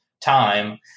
time